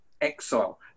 exile